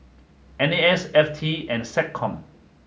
N A S F T and SecCom